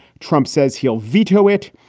trump says he'll veto it.